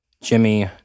Jimmy